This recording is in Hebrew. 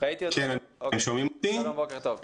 בוקר טוב.